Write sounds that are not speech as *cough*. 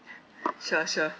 *breath* sure sure